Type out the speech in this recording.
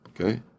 Okay